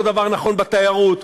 אותו דבר נכון בתיירות,